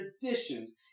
traditions